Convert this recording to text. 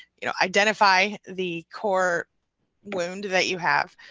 you know identify the core wound that you have,